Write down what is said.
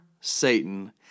Satan